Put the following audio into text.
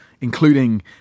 including